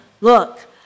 Look